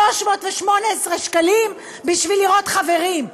318 שקלים בשביל לראות חברים,